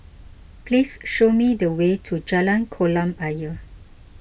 please show me the way to Jalan Kolam Ayer